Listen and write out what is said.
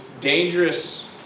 dangerous